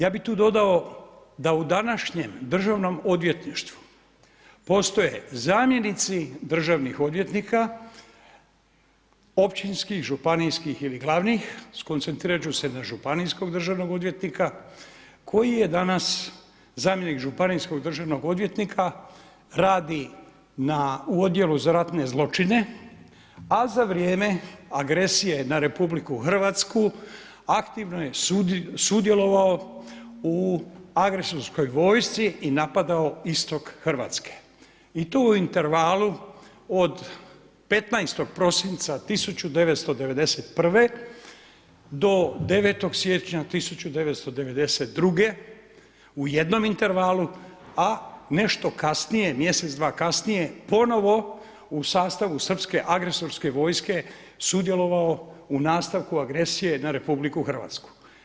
Ja bih tu dodao da u današnjem Državnom odvjetništvu postoje zamjenici državnih odvjetnika općinskih, županijskih ili glavnih, skoncentrirat ću se na županijskog državnog odvjetnika koji je danas zamjenik županijskog državnog odvjetnika radi na Odjelu za ratne zločine, a za vrijeme agresije na Republiku Hrvatsku aktivno je sudjelovao u agresorskoj vojsci i napadao istok Hrvatske i to u intervalu od 15. prosinca 1991. do 9. siječnja 1992. u jednom intervalu, a nešto kasnije, mjesec, dva kasnije ponovo u sastavu srpske agresorske vojske sudjelovao u nastavku agresije na Republiku Hrvatsku.